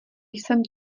jsem